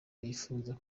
yipfuza